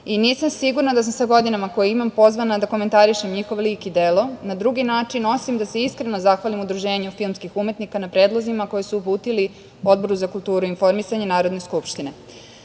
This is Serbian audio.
i nisam sigurna da sam sa godinama koje imam pozvana da komentarišem njihov lik i delo na drugi način osim da se iskreno zahvalim Udruženju filmskih umetnika na predlozima koji su uputili Odboru za kulturu i informisanje Narodne skupštine. Kandidatu